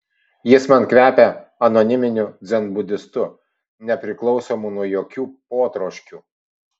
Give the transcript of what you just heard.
jis man kvepia anoniminiu dzenbudistu nepriklausomu nuo jokių potroškių